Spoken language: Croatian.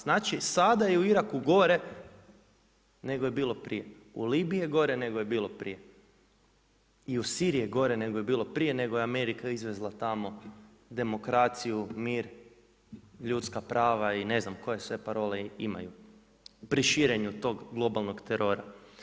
Znači sada je u Iraku gore nego je bilo prije, u Libiji je gore negoli je bilo prije i u Siriji je nego je bilo prije nego je Amerika izvezla tamo demokraciju, mir, ljudska prava i ne znam koje sve parole imaju pri širenju tog globalnog terora.